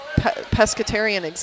pescatarian